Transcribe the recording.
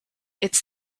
its